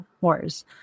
wars